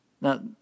Now